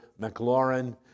McLaurin